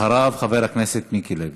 תופעת כניסת שב"חים מהר-חברון,